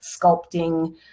sculpting